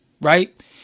right